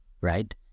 right